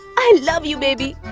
i love you, baby.